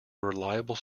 reliable